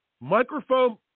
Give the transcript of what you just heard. Microphone